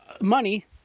money